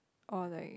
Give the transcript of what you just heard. or like